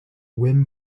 wind